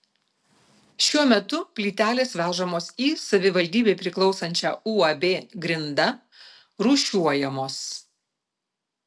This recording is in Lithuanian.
šiuo metu plytelės vežamos į savivaldybei priklausančią uab grinda rūšiuojamos